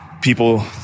people